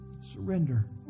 surrender